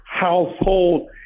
household